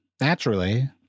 naturally